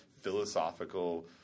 philosophical